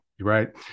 right